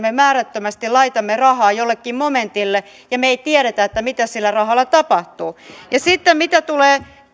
me määrättömästi laitamme rahaa jollekin momentille ja me emme tiedä mitä sillä rahalla tapahtuu mitä sitten tulee